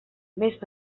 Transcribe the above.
més